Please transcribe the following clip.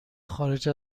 خارج